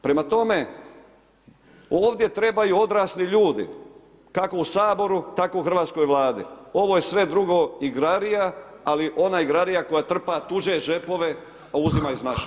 Prema tome, ovdje trebaju odrasli ljudi kako u Saboru, tako u hrvatskoj Vladi, ovo je sve drugo igrarija ali ona igrarija koja trpa tuđe džepove i uzima iz naših.